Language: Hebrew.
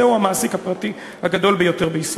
זהו המעסיק הפרטי הגדול ביותר בישראל.